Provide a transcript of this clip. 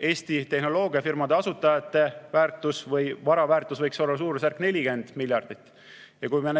Eesti tehnoloogiafirmade asutajate väärtus või vara väärtus võiks olla suurusjärgus 40 miljardit. Kui ma